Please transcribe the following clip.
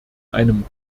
einem